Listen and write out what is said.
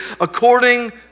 according